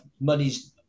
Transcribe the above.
money's